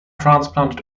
transplanted